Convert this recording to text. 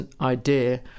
idea